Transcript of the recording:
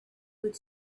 would